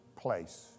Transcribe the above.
place